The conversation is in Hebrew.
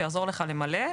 שיעזרו לך למלא.